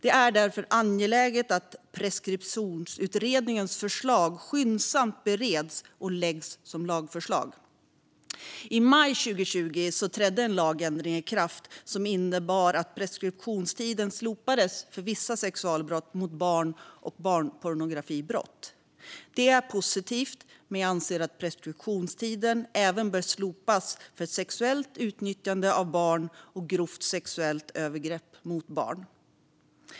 Det är därför angeläget att Preskriptionsutredningens förslag skyndsamt bereds och läggs fram som lagförslag. I maj 2020 trädde en lagändring i kraft som innebar att preskriptionstiden slopades för vissa sexualbrott mot barn och barnpornografibrott. Det är positivt, men jag anser att preskriptionstiden bör slopas även för sexuellt utnyttjande av barn och grovt sexuellt övergrepp mot barn.